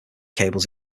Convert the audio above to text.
cables